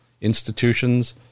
institutions